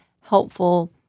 helpful